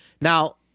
Now